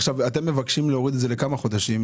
עכשיו אתם מבקשים להוריד את זה לאפס לכמה חודשים?